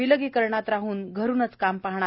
विलगीकरणात राहन घरूनच काम पाहणार